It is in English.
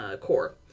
core